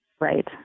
Right